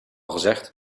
gezegd